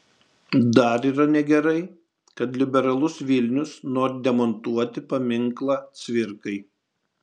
dar yra negerai kad liberalus vilnius nori demontuoti paminklą cvirkai